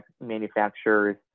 manufacturers